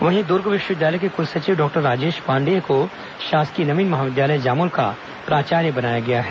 वहीं दर्ग विश्वविद्यालय के क्लसचिव डॉक्टर राजेश पांडेय को शासकीय नवीन महाविद्यालय जामुल का प्राचार्य बनाया गया है